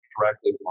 directly